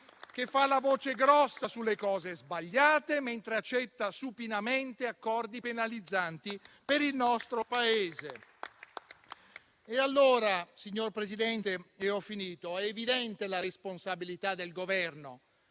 che fa la voce grossa sulle cose sbagliate, mentre accetta supinamente accordi penalizzanti per il nostro Paese. Allora, signor Presidente, è evidente la responsabilità del Governo